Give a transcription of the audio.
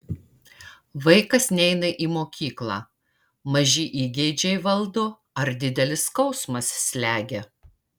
vaikas neina į mokyklą maži įgeidžiai valdo ar didelis skausmas slegia